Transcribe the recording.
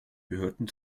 behörden